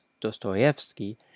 Dostoevsky